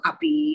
Api